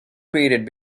created